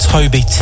Toby